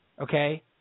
Okay